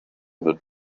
wird